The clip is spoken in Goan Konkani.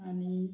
आनी